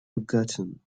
forgotten